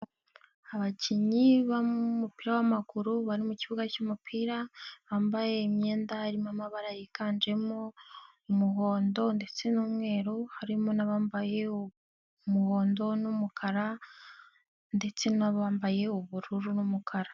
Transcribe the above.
Abakinnyi b'umupira w'amaguru bari mu kibuga cy'umupira, bambaye imyenda irimo amabara yiganjemo umuhondo ndetse n'umweru, harimo n'abambaye umuhondo n'umukara ndetse n'abambaye ubururu n'umukara.